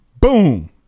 Boom